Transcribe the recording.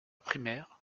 primaire